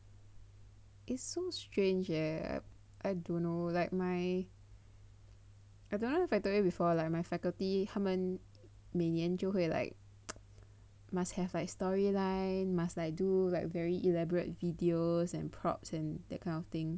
it's so strange eh I don't know like my I don't know if I told you before like my faculty 他们每年就会 like must have like story line must like do like very elaborate videos and props and that kind of thing